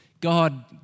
God